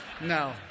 No